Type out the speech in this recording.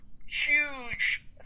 huge